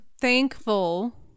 thankful